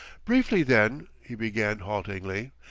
briefly, then, he began haltingly,